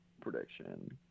prediction